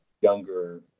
younger